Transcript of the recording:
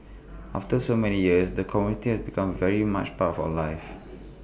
after so many years the community had become very much part for life